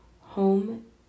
Home